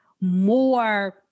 more